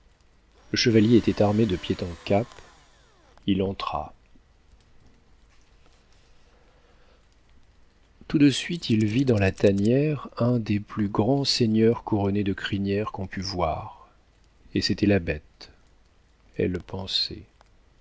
le chevalier était armé de pied en cap il entra tout de suite il vit dans la tanière un des plus grands seigneurs couronnés de crinière qu'on pût voir et c'était la bête elle pensait